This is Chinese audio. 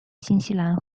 新西兰